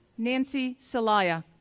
nancy celaya,